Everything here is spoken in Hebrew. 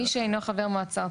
מי שאינו חבר מועצה ארצית,